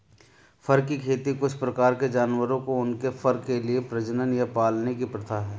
फर की खेती कुछ प्रकार के जानवरों को उनके फर के लिए प्रजनन या पालने की प्रथा है